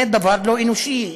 זה דבר לא אנושי.